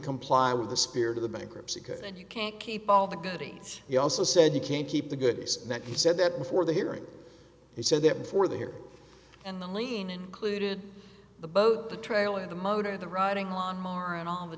comply with the spirit of the bankruptcy code and you can't keep all the goodies he also said you can't keep the goodies that he said that before the hearing he said that before the here and the lean included the boat the trail in the motor the riding lawnmower and all the